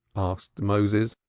asked moses,